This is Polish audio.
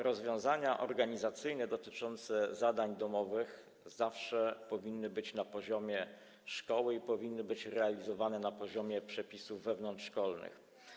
Rozwiązania organizacyjne dotyczące zadań domowych zawsze powinny być wdrażane na poziomie szkoły i powinny być realizowane na poziomie przepisów wewnątrzszkolnych.